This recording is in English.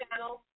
channel